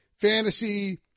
fantasy